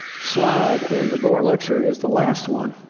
slide in the gore lecture is the last one,